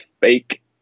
fake